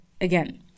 again